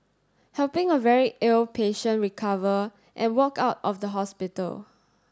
helping a very ill patient recover and walk out of the hospital